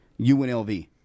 UNLV